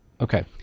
Okay